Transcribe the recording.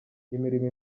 imirimo